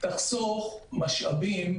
תחסוך משאבים,